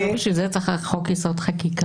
לא בשביל זה צריך חוק יסוד: חקיקה.